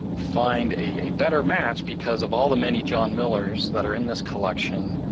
find a better match because of all the many john millers that are in this collection,